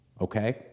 Okay